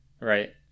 Right